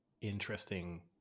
interesting